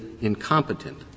incompetent